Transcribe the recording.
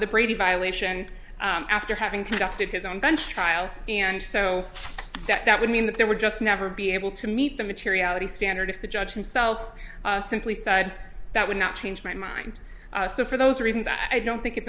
the brady violation after having conducted his own bench trial and so that would mean that there were just never be able to meet the materiality standard if the judge himself simply side that would not change my mind so for those reasons i don't think it's